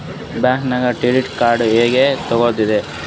ಬ್ಯಾಂಕ್ದಾಗ credit card ಹೆಂಗ್ ತಗೊಳದ್ರಿ?